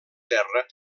terra